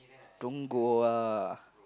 don't go ah